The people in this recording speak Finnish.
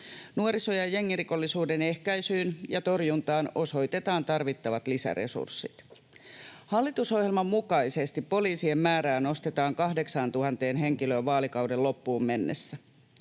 Nuoriso- ja jengirikollisuuden ehkäisyyn ja torjuntaan osoitetaan tarvittavat lisäresurssit. Hallitusohjelman mukaisesti poliisien määrää nostetaan 8 000 henkilöön vaalikauden loppuun mennessä.